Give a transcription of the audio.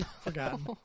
forgotten